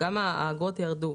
גובה האגרות ירד.